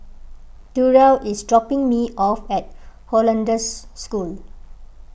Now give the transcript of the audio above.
Durell is dropping me off at Hollandse School